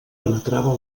penetrava